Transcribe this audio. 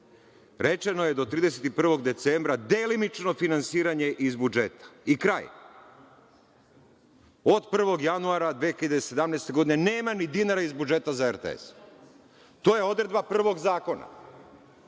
Rečeno je do 31. decembra delimično finansiranje iz budžeta i kraj. Od 1. janura 2017. godine nema ni dinara iz budžeta za RTS. To je odredba prvog zakona.